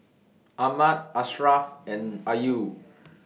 Ahmad Ashraff and Ayu